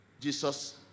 Jesus